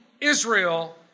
Israel